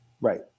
Right